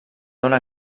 dóna